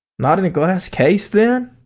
not in a glass case, then?